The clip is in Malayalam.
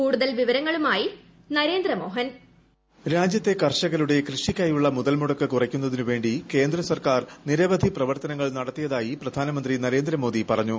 കൂടുതൽ വിവരങ്ങളുമായി ന്രേന്ദ്ര മോഹൻ വോയ്സ് രാജ്യത്തെ കർഷകരുടെ കൃഷിക്കായുള്ള മുതൽമുടക്ക് കുറയ്ക്കുന്നതിന് വേണ്ടി കേന്ദ്ര സർക്കാർ നിരവധി പ്രവർത്തനങ്ങൾ നടത്തിയതായി പ്രധാനമന്ത്രി നരേന്ദ്രമോദി പറഞ്ഞു